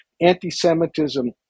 anti-Semitism